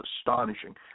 astonishing